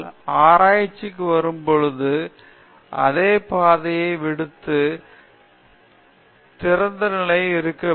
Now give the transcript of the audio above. ஆனால் ஆராய்ச்சிக்கு வரும்போது ஒரே பாதையை விடுத்தது திறந்த நிலையில் இருக்க வேண்டும்